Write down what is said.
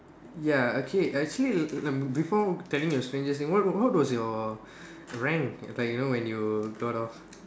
ya okay actually um before telling your strangest thing what what was your rank like you know when you got of